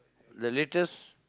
the latest